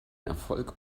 erfolg